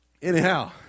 Anyhow